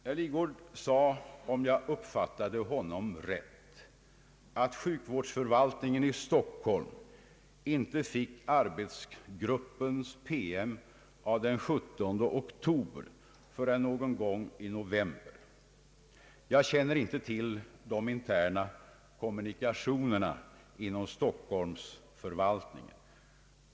Herr Lidgard sade — om jag uppfattade honom rätt — att sjukvårdsförvaltningen i Stockholm inte fick arbetsgruppens promemoria av den 17 oktober förrän någon gång i november. Jag känner inte till de interna kommunikationerna inom Stockholmsförvaltningen.